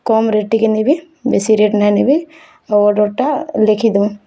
କମ୍ rate ଟିକେ ନେବେ ବେଶୀ ରେଟ୍ ନାଇ ନେବେ ଆଉ ଅର୍ଡ଼ର୍ଟା ଲେଖିଦେବେ